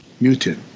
mutant